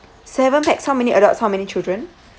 seven pax how many adults how many children